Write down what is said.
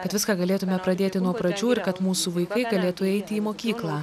kad viską galėtume pradėti nuo pradžių ir kad mūsų vaikai galėtų eiti į mokyklą